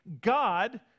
God